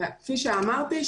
כפי שאמרתי,